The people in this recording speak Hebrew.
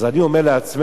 אז אני אומר לעצמנו: